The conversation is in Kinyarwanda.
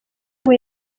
ngo